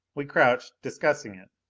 we crouched, discussing it.